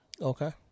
Okay